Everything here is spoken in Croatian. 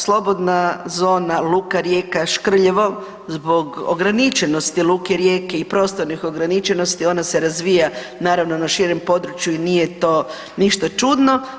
Slobodna zona luka Rijeka Škrljevo, zbog ograničenosti luke Rijeke i prostornih ograničenosti ona se razvija naravno na širem području i naravno nije to ništa čudno.